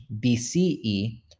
BCE